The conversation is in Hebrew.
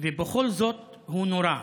ובכל זאת הוא נורה.